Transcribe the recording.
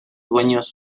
dueños